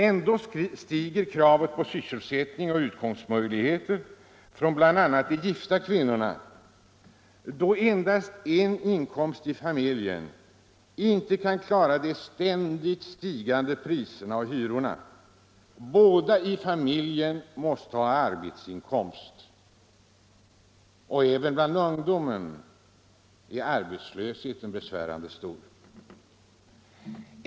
Ändå stiger kravet på sysselsättning och utkomstmöjligheter från bl.a. de gifta kvinnorna, då endast en inkomst i familjen inte räcker för att klara de ständigt stigande priserna och hyrorna. Båda i familjen måste ha arbetsinkomst. Även bland ungdomen är arbetslösheten besvärande stor.